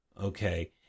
okay